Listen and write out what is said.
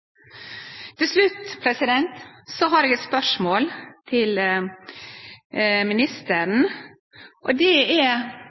Til slutt har eg eit spørsmål til ministeren,